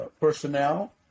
personnel